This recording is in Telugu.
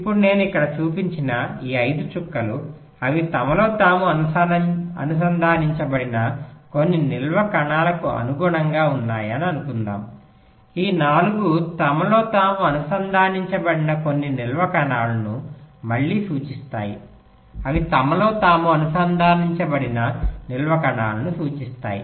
ఇప్పుడు నేను ఇక్కడ చూపించిన ఈ 5 చుక్కలు అవి తమలో తాము అనుసంధానించబడిన కొన్ని నిల్వ కణాలకు అనుగుణంగా ఉన్నాయని అనుకుందాం ఈ 4 తమలో తాము అనుసంధానించబడిన కొన్ని నిల్వ కణాలను మళ్ళీ సూచిస్తాయి అవి తమలో తాము అనుసంధానించబడిన నిల్వ కణాలను సూచిస్తాయి